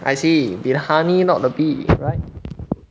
I see be the honey not the bee right